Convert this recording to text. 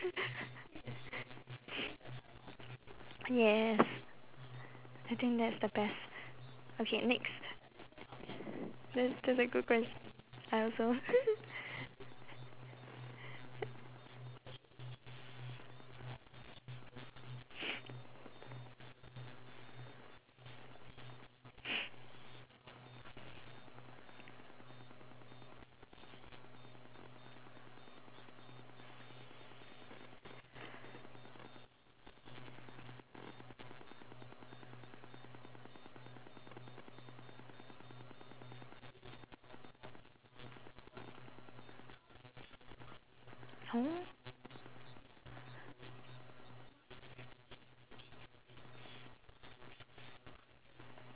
yes I think that's the best okay next that's that's a good quest~ I also